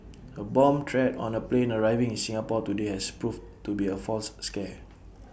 A bomb threat on A plane arriving in Singapore today has proved to be A false scare